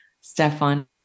Stefan